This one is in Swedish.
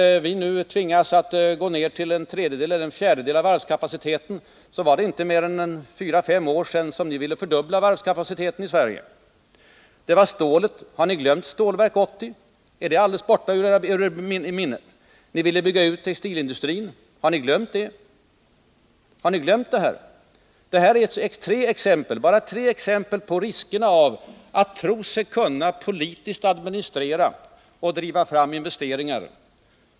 Vi tvingas nu gå ned till kanske en fjärdedel av varvens kapacitet, men det var inte mer än fyra fem år sedan ni ville fördubbla varvskapaciteten i Sverige. Har ni glömt Stålverk 80? Är det alldeles borta ur ert minne? Ni ville bygga ut textilindustrin. Har ni glömt det? Har ni glömt allt? Detta är bara tre exempel på riskerna med att tro sig kunna politiskt administrera och driva fram investeringar.